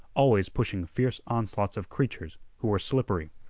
always pushing fierce onslaughts of creatures who were slippery.